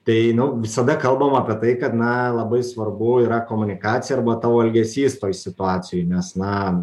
tai nu visada kalbam apie tai kad na labai svarbu yra komunikacija arba tavo elgesys toj situacijoj nes na